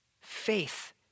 Faith